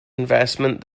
investment